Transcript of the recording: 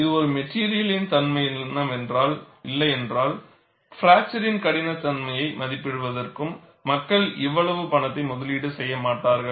இது ஒரு மெட்டிரியலின் தன்மை இல்லையென்றால் ஃப்ராக்சர் கடினத்தன்மையை மதிப்பிடுவதற்கு மக்கள் இவ்வளவு பணத்தை முதலீடு செய்ய மாட்டார்கள்